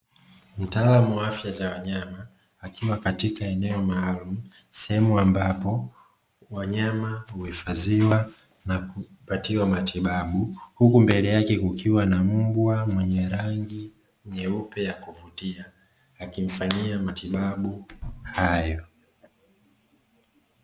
Mtaalamu wa afya za wanyama, akiwa katika eneo maalumu sehemu ambapo wanyama uhifadhiwa na kupatiwa matibabu, huku mbele yake kukiwa na mbwa mwenye rangi nyeupe ya kuvutia akimfanyia matibabu hayo.